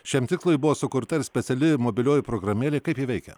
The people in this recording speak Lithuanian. šiam tikslui buvo sukurta ir speciali mobilioji programėlė kaip ji veikia